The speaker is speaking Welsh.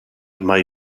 mai